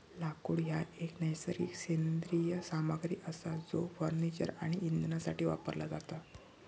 लाकूड हा एक नैसर्गिक सेंद्रिय सामग्री असा जो फर्निचर आणि इंधनासाठी वापरला जाता